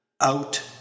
Out